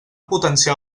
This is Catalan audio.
potenciar